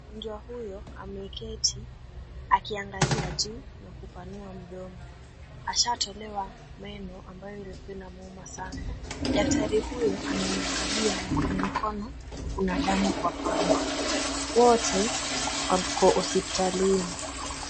Mgonjwa huyo ameketi akiangalia juu na kupanua mdomo ashatolewa meno ambayo ilikuwa inamuuma sana. Daktari huyo anaiangalia na kwenye mkono kuna damu kwa pamba. Wote wako hospitalini.